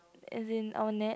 as in our nat